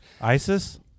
ISIS